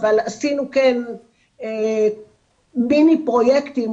אבל עשינו כן מיני פרויקטים,